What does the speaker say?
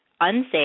unsafe